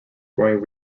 growing